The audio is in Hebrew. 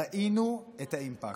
ראינו את האימפקט.